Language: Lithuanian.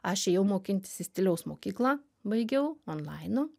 aš ėjau mokintis į stiliaus mokyklą baigiau onlainu